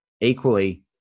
Equally